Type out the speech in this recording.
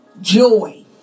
Joy